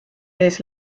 ees